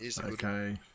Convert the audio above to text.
Okay